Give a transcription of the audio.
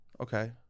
Okay